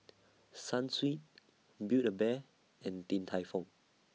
Sunsweet Build A Bear and Din Tai Fung